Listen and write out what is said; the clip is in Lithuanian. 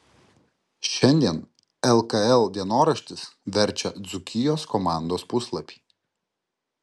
šiandien lkl dienoraštis verčia dzūkijos komandos puslapį